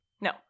No